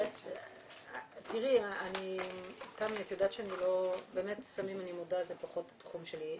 תראי, את יודעת שסמים זה פחות התחום שלי,